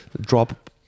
drop